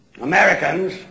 Americans